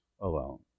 alone